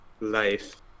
life